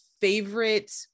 favorite